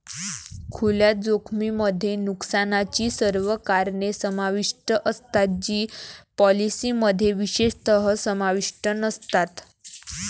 खुल्या जोखमीमध्ये नुकसानाची सर्व कारणे समाविष्ट असतात जी पॉलिसीमध्ये विशेषतः समाविष्ट नसतात